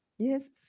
Yes